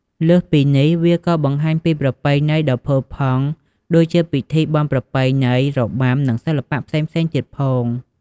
លើសពីនេះ វាក៏បង្ហាញពី ប្រពៃណី ដ៏ផូរផង់ ដូចជាពិធីបុណ្យប្រពៃណី របាំ និងសិល្បៈផ្សេងៗទៀតផង។